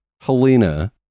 Helena